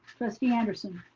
trustee anderson.